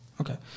Okay